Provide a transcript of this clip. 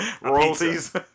royalties